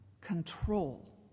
control